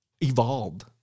evolved